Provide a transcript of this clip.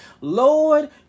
Lord